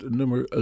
nummer